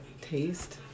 taste